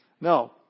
No